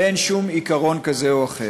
ואין שום עיקרון כזה או אחר.